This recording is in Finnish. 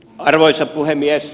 arvoisa puhemies